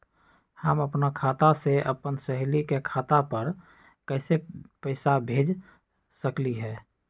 हम अपना खाता से अपन सहेली के खाता पर कइसे पैसा भेज सकली ह?